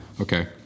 Okay